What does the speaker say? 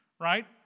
right